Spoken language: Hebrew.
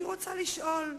אני רוצה לשאול,